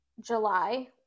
July